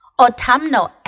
autumnal